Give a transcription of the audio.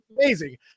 amazing